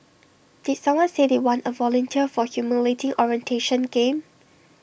did someone say they want A volunteer for A humiliating orientation game